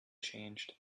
changed